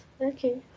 Okay